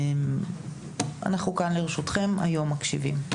אנחנו כאן לרשותכם, היום מקשיבים.